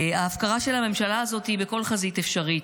ההפקרה של הממשלה הזאת היא בכל חזית אפשרית.